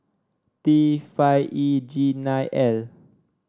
T five E G nine L